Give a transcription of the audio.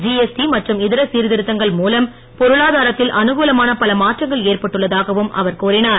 GST மற்றும் இதர சீர்திருத்தங்கள் மூலம் பொருளாதாரத்தில் அனுகூலமான பல மாற்றங்கள் ஏற்பட்டுள்ளதாகவும் அவர் கூறினார்